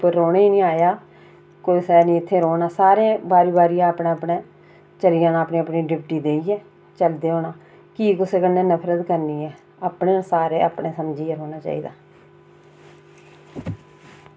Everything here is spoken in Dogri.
भी चली जाना कुसै इस धरती पर रौह्ने गी निं आया कुसै निं इत्थें रौह्ना सारें बारी बारी चली जाना अपनी अपनी ड्यूटी देइयै चलदे होना कीऽ कुसै कन्नै नफरत करनी ऐ अपने न सारे अपना समझियै रौह्ना चाहिदा